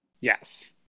Yes